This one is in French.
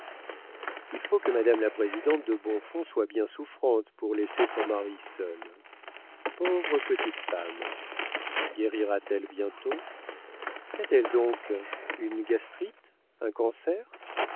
il faut que madame la présidente de bonfons soit bien souffrante pour laisser son mari seul pauvre petite femme guérira t elle bientôt qu'a-t-elle donc une gastrite un cancer